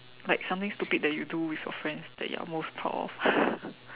like something stupid that you do with your friends that you are most proud of